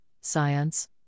science